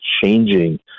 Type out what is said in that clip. changing